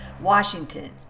Washington